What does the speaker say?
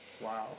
Wow